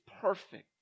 perfect